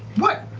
what?